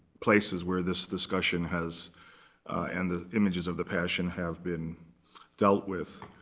places where this discussion has and the images of the passion have been dealt with.